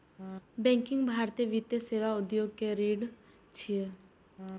banking भारतीय वित्तीय सेवा उद्योग के रीढ़ छियै